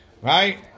Right